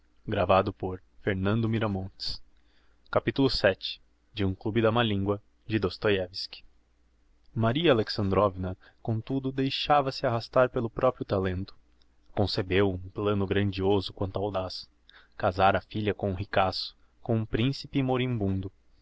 de aprender a lidar com a nastassia petrovna vii maria alexandrovna comtudo deixava-se arrastar pelo proprio talento concebeu um plano grandioso quanto audaz casar a filha com um ricaço com um principe e um moribundo